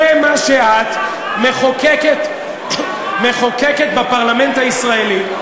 זה מה שאת, מחוקקת בפרלמנט הישראלי,